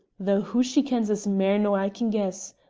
though hoo she kens is mair nor i can guess.